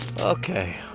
Okay